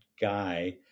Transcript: guy